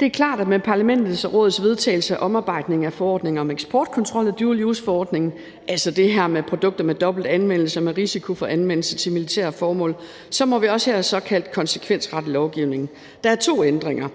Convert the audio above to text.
Det er klart, at med Parlamentets og Rådets vedtagelse af omarbejdningen af forordningen om eksportkontrol afdual use-forordningen, altså det her med produkter med dobbelt anvendelse, hvor der er risiko for, at de anvendes til militære formål, så må vi også her såkaldt konsekvensrette lovgivningen. Der er to ændringer: